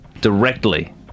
Directly